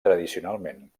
tradicionalment